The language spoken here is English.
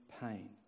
pain